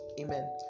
Amen